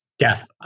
Yes